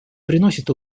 приносит